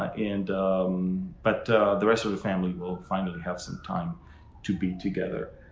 and but the rest of the family will finally have some time to be together.